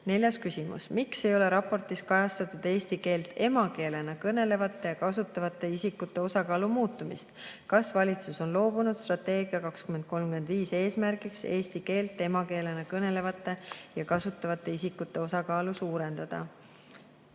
Neljas küsimus: "Miks ei ole raportis kajastatud eesti keelt emakeelena kõnelevate ja kasutavate isikute osakaalu muutumist? Kas valitsus on loobunud strateegia "Eesti 2035" eesmärgist eesti keelt emakeelena kõnelevate ja kasutavate isikute osakaalu suurendada?"